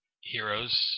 heroes